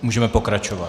Můžeme pokračovat.